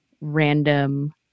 random